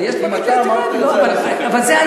אם אמרת את זה,